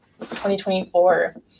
2024